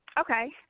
Okay